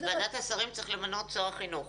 את ועדת השרים צריך למנות שר החינוך.